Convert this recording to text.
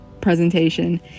presentation